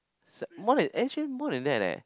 more than actually more than that eh